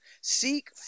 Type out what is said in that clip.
Seek